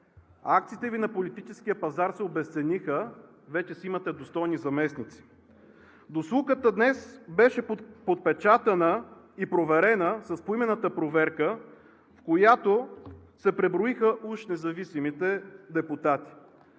Акциите Ви на политическия пазар се обезцениха, вече си имате достойни заместници. Достлукът днес беше подпечатан и проверен с поименната проверка, в която се преброиха уж независимите депутати.